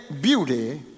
beauty